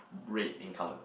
red in colour